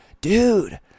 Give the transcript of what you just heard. Dude